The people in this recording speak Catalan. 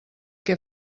què